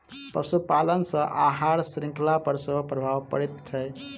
पशुपालन सॅ आहार शृंखला पर सेहो प्रभाव पड़ैत छै